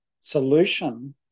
solution